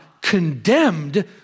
condemned